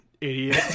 idiot